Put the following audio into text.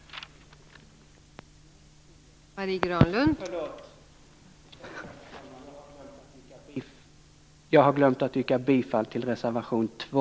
Fru talman! Jag har glömt att yrka bifall till reservation 2.